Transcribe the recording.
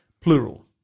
plural